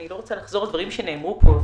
אני לא רוצה לחזור על דברים שנאמרו פה,